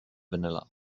vanilla